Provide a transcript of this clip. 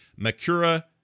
Makura